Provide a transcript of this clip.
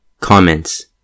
Comments